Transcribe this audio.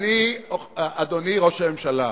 אדוני ראש הממשלה,